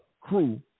crew